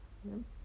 then